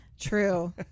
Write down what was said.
True